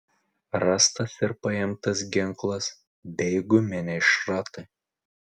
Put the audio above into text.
rastas ir paimtas ginklas bei guminiai šratai